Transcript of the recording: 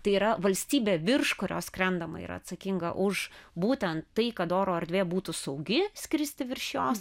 tai yra valstybė virš kurios skrendama yra atsakinga už būtent tai kad oro erdvė būtų saugi skristi virš jos